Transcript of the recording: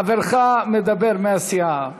חברך מהסיעה מדבר.